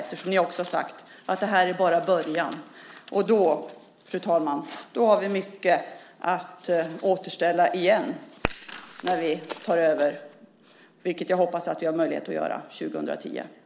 Ni har ju också sagt att det här bara är början. Och då, fru talman, har vi mycket att återställa - igen - när vi tar över, vilket jag hoppas att vi har möjlighet att göra 2010.